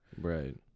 right